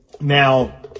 Now